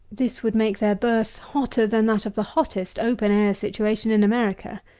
this would make their birth hotter than that of the hottest open-air situation in america.